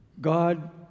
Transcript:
God